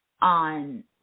on